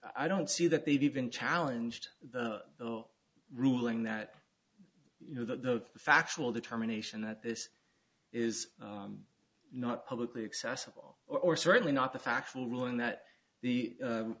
i don't see that they've even challenge to the ruling that you know the factual determination that this is not publicly accessible or certainly not the factual ruling that the